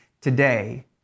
today